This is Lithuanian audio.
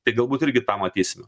tai galbūt irgi tą matysime